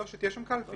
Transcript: לא, שתהיה שם קלפי.